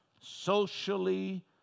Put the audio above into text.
socially